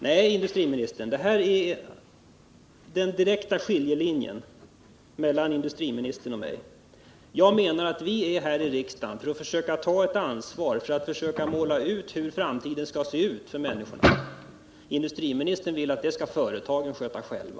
Nej, industriministern, här ligger den direkta skiljelinjen mellan industriministern och mig. Jag menar att vi är här i riksdagen för att försöka ta ett ansvar för en planering av hur framtiden skall se ut för människorna. Industriministern vill att det skall företagen sköta själva.